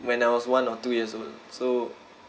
when I was one or two years old so